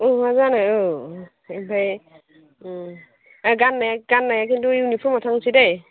औ मा जानो औ ओमफ्राय गाननाया खिन्थु इउनिफर्मआव थांसैदै